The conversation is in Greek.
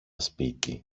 σπίτι